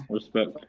respect